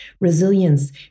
resilience